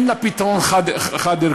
אין לה פתרון אחד ויחיד.